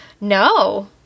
No